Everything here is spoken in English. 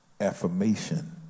affirmation